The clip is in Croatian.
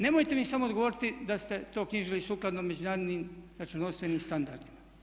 Nemojte mi samo odgovoriti da ste to knjižili sukladno međunarodnim računovodstvenim standardima.